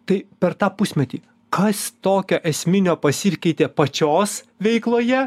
tai per tą pusmetį kas tokio esminio pasikeitė pačios veikloje